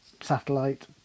satellite